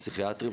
פסיכיאטריים,